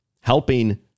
helping